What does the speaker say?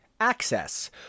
access